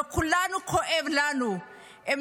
לכולנו כואב, לכולם.